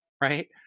right